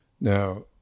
Now